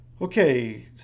okay